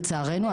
לצערנו,